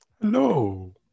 Hello